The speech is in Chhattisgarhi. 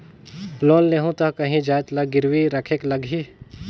लोन लेहूं ता काहीं जाएत ला गिरवी रखेक लगही?